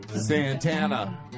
Santana